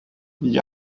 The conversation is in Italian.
gli